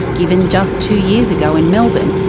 given just two years ago in melbourne,